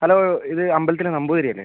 hello ഇത് അമ്പലത്തിലെ നമ്പൂതിരി അല്ലേ